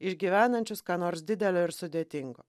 išgyvenančius ką nors didelio ir sudėtingo